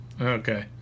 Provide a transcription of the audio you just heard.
Okay